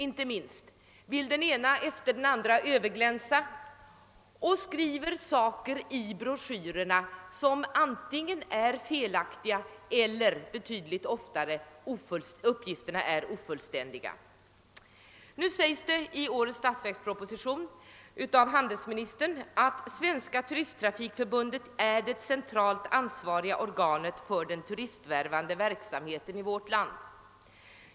Inte minst vill kommuner överglänsa varandra och trycker därför uppgifter i broschyrerna som är antingen felaktiga eller — betydligt oftare — ofullständiga. I årets statsverksproposition framhåller handelsministern att Svenska turisttrafikförbundet är det centralt ansvariga organet för den turistvärvande verksamheten i vårt land.